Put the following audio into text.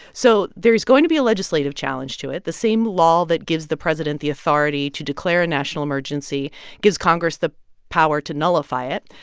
so there is going to be a legislative challenge to it. the same law that gives the president the authority to declare a national emergency gives congress the power to nullify it.